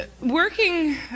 Working